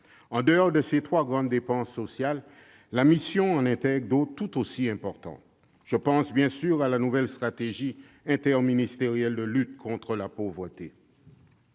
En dehors de ces trois grandes dépenses sociales, la mission en intègre d'autres, tout aussi importantes. Je pense bien sûr à la nouvelle stratégie interministérielle de lutte contre la pauvreté.